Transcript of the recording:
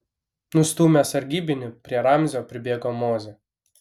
nustūmęs sargybinį prie ramzio pribėgo mozė